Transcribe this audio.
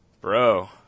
bro